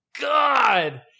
God